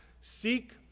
Seek